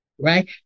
right